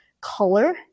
color